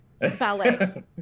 Ballet